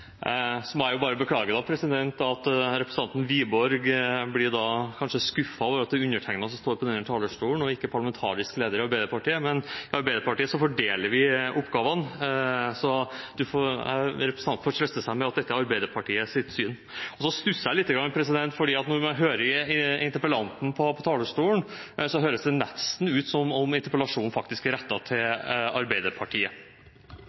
Så må jeg bare beklage at representanten Wiborg kanskje blir skuffet over at det er undertegnede som står på denne talerstolen, og ikke parlamentarisk leder i Arbeiderpartiet, men i Arbeiderpartiet fordeler vi oppgavene, så representanten får trøste seg med at dette er Arbeiderpartiets syn. Så stusser jeg litt, for når man hører interpellanten fra talerstolen, høres det nesten ut som om interpellasjonen faktisk er rettet til Arbeiderpartiet.